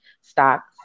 stocks